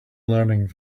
learning